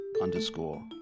underscore